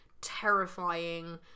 terrifying